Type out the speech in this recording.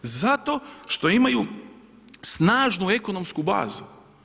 Zato što imaju snažnu ekonomsku bazu.